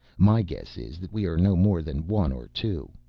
my guess is that we are no more than one or two.